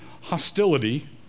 hostility